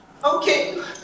Okay